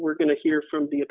we're going to hear from the